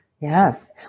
Yes